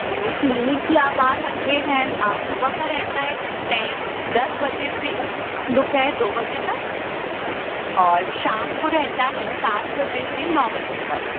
हाँ क्लीनिक पे आप आ सकते हैं सुबह का रहता है टेन दस बजे से दोपहर दो बजे तक और शाम को रहता है सात बजे से नौ बजे तक